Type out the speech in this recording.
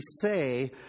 say